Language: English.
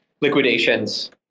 liquidations